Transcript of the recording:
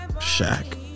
shack